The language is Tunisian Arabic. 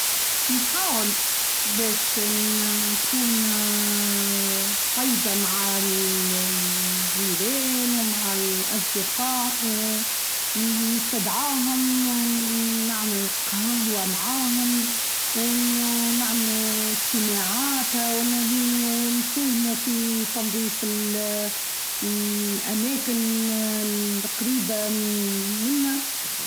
نحاول باش نكون طيبة مع الجيران ومع الأصدقاء ونستدعاهم ونعمل قهوة معاهم ونعملو اجتماعات ونسهمو في تنظيف الأماكن القريبة منا.